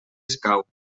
escau